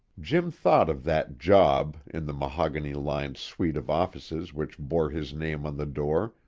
jim thought of that job in the mahogany-lined suite of offices which bore his name on the door,